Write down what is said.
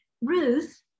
Ruth